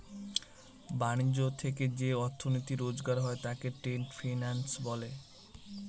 ব্যাণিজ্য থেকে যে অর্থনীতি রোজগার হয় তাকে ট্রেড ফিন্যান্স বলে